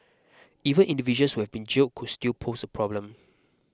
even individuals who have been jailed could still pose a problem